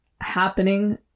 happening